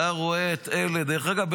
דרך אגב,